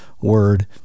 word